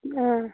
ꯑꯥ